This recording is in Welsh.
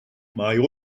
mae